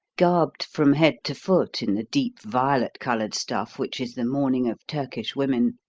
garbed from head to foot in the deep violet-coloured stuff which is the mourning of turkish women,